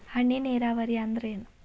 ಹನಿ ನೇರಾವರಿ ಅಂದ್ರ ಏನ್?